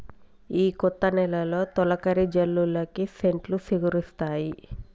ఈ కొత్త నెలలో తొలకరి జల్లులకి సెట్లు సిగురిస్తాయి